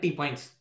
points